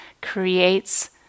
creates